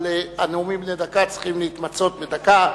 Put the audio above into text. אבל הנאומים בני דקה צריכים להתמצות בדקה.